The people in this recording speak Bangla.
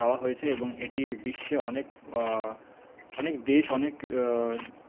গাওয়া হয়েছে এবং এটি বিশ্বে অনেক অনেক দেশ অনেক